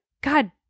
God